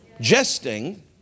jesting